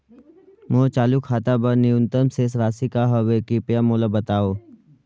मोर चालू खाता बर न्यूनतम शेष राशि का हवे, कृपया मोला बतावव